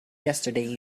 yesterday